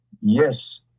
Yes